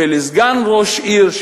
ולסגן ראש עיר,